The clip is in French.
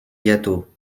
gâteau